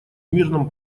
мирном